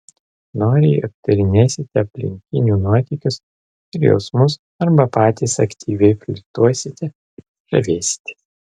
noriai aptarinėsite aplinkinių nuotykius ir jausmus arba patys aktyviai flirtuosite žavėsitės